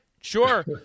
sure